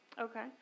Okay